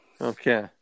Okay